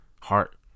heart